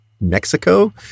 Mexico